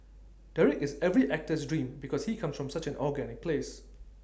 Derek is every actor's dream because he comes from such an organic place